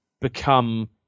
become